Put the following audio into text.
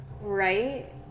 Right